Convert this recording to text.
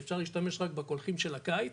שאפשר להשתמש רק בקולחים של הקיץ.